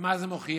ומה זה מוכיח?